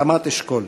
רמת-אשכול.